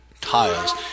tiles